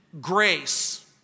grace